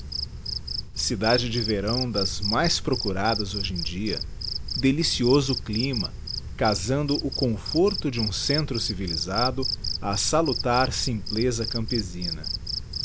cidade de verão das mais procuradas hoje em dia delicioso clima casando o conforto de um centro cívilisado á salutar simpleza campesina